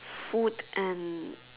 food and